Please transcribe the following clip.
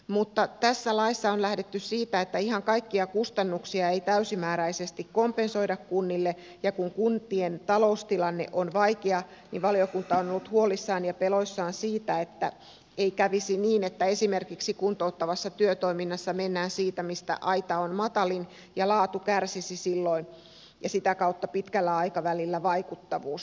mutta tässä laissa on lähdetty siitä että ihan kaikkia kustannuksia ei täysimääräisesti kompensoida kunnille ja kun kuntien taloustilanne on vaikea niin valiokunta on ollut huolissaan ja peloissaan siitä että ei kävisi niin että esimerkiksi kuntouttavassa työtoiminnassa mennään siitä missä aita on matalin ja laatu kärsisi silloin ja sitä kautta pitkällä aikavälillä vaikuttavuus